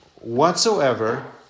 whatsoever